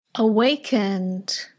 awakened